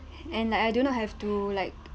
and I do not have to like